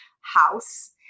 house